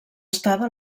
estada